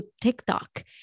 TikTok